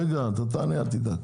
אתה תענה, אל תדאג.